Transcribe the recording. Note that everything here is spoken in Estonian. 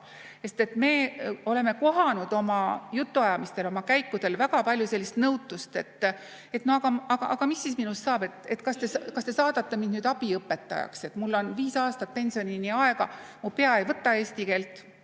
Me oleme kohanud oma jutuajamistel, oma käikudel väga palju sellist nõutust: mis minust saab, kas te saadate mind nüüd abiõpetajaks, mul on viis aastat pensionini aega, mu pea ei võta eesti keelt.